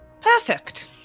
Perfect